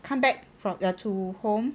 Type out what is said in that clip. come back from to home